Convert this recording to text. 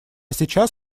сейчас